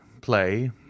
play